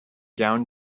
down